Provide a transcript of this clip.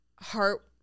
heart